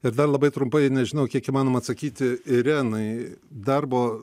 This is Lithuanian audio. ir dar labai trumpai nežinau kiek įmanoma atsakyti irenai darbo